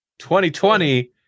2020